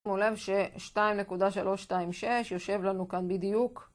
2.326 יושב לנו כאן בדיוק